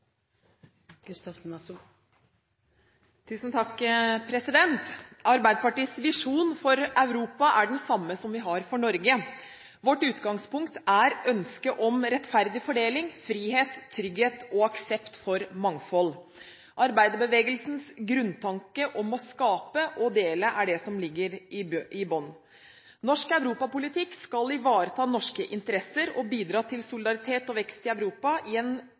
den samme som vi har for Norge. Vårt utgangspunkt er ønsket om rettferdig fordeling, frihet, trygghet og aksept for mangfold. Arbeiderbevegelsens grunntanke om å skape og dele er det som ligger i bunnen. Norsk europapolitikk skal ivareta norske interesser og bidra til solidaritet og vekst i Europa i en